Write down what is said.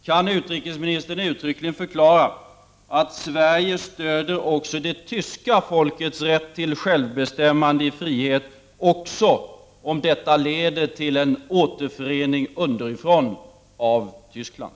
Kan utrikesministern uttryckligen förklara att Sverige stöder också det tyska folkets rätt till självbestämmande i frihet, även om detta leder till en återförening underifrån av Tyskland?